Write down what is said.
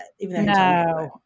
No